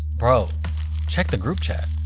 bro check the group chat.